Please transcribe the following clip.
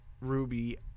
Ruby